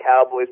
cowboys